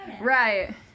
Right